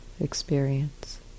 experience